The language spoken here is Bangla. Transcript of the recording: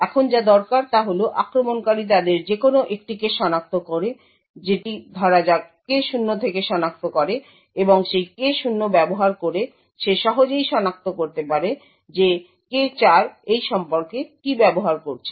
এখন যা দরকার তা হল আক্রমণকারী তাদের যেকোন একটিকে শনাক্ত করে যেটি ধরা যাক K0 কে শনাক্ত করে এবং সেই K0 ব্যবহার করে সে সহজেই সনাক্ত করতে পারে যে K4 এই সম্পর্কে কি ব্যবহার করছে